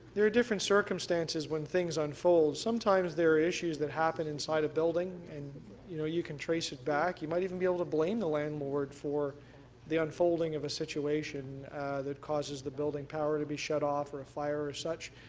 there are different circumstances when things unfold sometimes there are issues that happen inside a building and you know, you can trace it back, you might even be able to blame the landlord for the unfolding of a situation that causes the building power to be shut off or a fire or such,